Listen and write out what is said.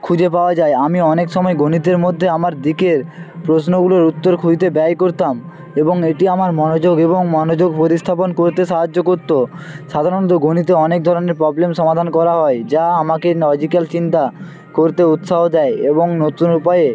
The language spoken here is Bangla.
খুঁজে পাওয়া যায় আমি অনেক সময় গণিতের মধ্যে আমার দিকের প্রশ্নগুলোর উত্তর খুঁজতে ব্যয় করতাম এবং এটি আমার মনোযোগ এবং মনোযোগ প্রতিস্থাপন করতে সাহায্য করত সাধারণত গণিতে অনেক ধরনের প্রবলেম সমাধান করা হয় যা আমাকে লজিক্যাল চিন্তা করতে উৎসাহ দেয় এবং নতুন উপায়ে